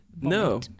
No